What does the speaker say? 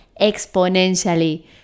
exponentially